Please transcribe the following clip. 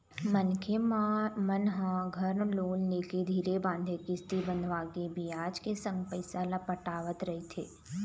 मनखे मन ह घर लोन लेके धीरे बांधे किस्ती बंधवाके बियाज के संग पइसा ल पटावत रहिथे